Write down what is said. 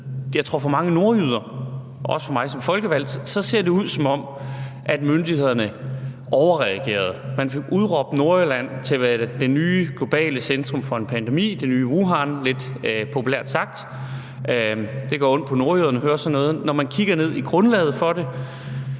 jeg tror, at for mange nordjyder og også for mig som folkevalgt, ser det ud, som om myndighederne overreagerede. Man fik udråbt Nordjylland til at være det nye globale centrum for en pandemi, det nye Wuhan, lidt populært sagt. Det gør ondt på nordjyderne at høre sådan noget. Når man kigger ned i grundlaget for det,